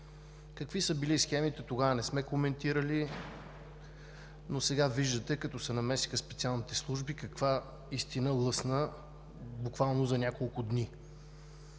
Какви са били схемите тогава, не сме коментирали. Сега обаче виждате, като се намесиха специалните служби, каква истина лъсна буквално за няколко дни.